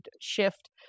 shift